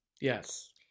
Yes